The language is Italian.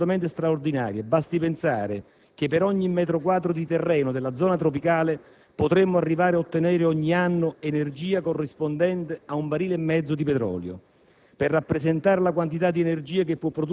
esempio è una sorgente di energia assolutamente straordinaria: basti pensare che, per ogni metro quadro di terreno della zona tropicale, potremmo arrivare ad ottenere ogni anno energia corrispondente a 1,5 barili di petrolio.